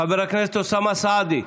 חבר הכנסת אוסאמה סעדי,